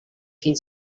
fin